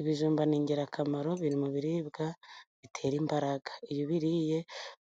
Ibijumba ni ingirakamaro biri mu biribwa bitera imbaraga. Iyo ubiriye